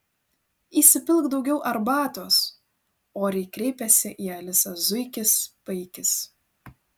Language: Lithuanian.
įsipilk daugiau arbatos oriai kreipėsi į alisą zuikis paikis